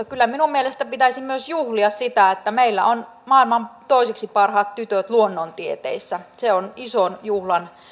kyllä minun mielestäni pitäisi myös juhlia sitä että meillä on maailman toiseksi parhaat tytöt luonnontieteissä se on ison juhlan